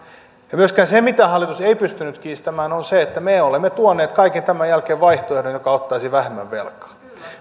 ja myöskään sitä hallitus ei pystynyt kiistämään että me olemme tuoneet kaiken tämän jälkeen vaihtoehdon joka ottaisi vähemmän velkaa